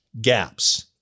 gaps